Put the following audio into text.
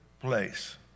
place